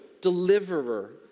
deliverer